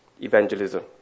evangelism